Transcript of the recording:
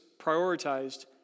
prioritized